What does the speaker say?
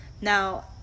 Now